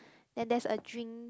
and there's a drink